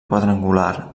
quadrangular